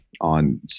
on